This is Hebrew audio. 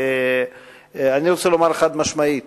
אני רוצה לומר חד-משמעית